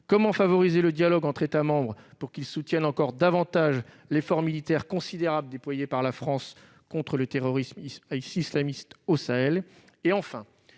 Comment favoriser le dialogue entre États membres pour qu'ils soutiennent davantage encore l'effort militaire considérable consenti par la France contre le terrorisme islamiste au Sahel ?